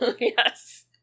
Yes